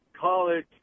college